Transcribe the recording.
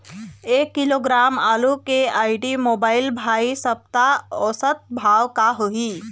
एक किलोग्राम आलू के आईडी, मोबाइल, भाई सप्ता औसत भाव का होही?